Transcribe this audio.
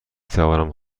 توانم